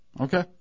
Okay